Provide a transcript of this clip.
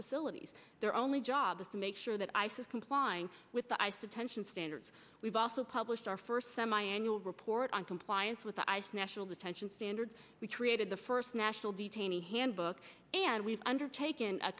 facilities their only job is to make sure that isis complying with ice attention standards we've also published our first semiannual report on compliance with ice national detention standards we created the first national detainee handbook and we've undertaken a